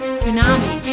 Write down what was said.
Tsunami